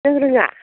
नों रोङा